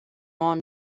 ond